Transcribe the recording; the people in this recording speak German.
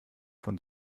von